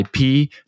IP